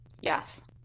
Yes